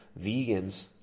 vegans